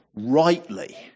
rightly